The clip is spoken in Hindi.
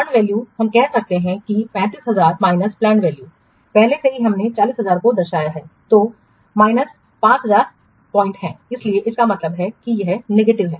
अर्जित वैल्यू हम कह रहे हैं कि 35000 माइनस पलैंड वैल्यू पहले से ही हमने 40000 को दर्शाया है जो माइनस 5000 पाउंड है इसलिए इसका मतलब है कि यह नकारात्मक है